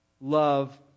love